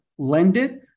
Lendit